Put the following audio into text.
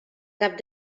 cap